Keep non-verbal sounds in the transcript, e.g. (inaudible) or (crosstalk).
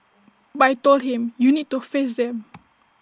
but I Told him you need to face them (noise)